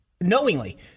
Knowingly